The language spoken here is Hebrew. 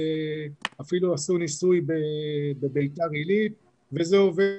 ואפילו עשו ניסוי בביתר עילית וזה עובד,